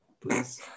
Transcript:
please